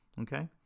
okay